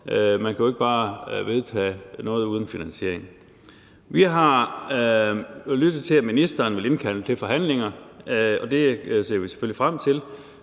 Man kan jo ikke bare vedtage noget uden finansiering. Vi har lyttet os til, at ministeren vil indkalde til forhandlinger, og det ser vi selvfølgelig frem til.